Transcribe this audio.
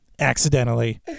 accidentally